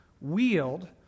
wield